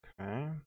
Okay